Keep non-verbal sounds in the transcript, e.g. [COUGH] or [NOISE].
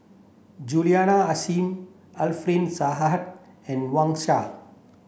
Juliana Yasin Alfian Sa [UNINTELLIGIBLE] and Wang Sha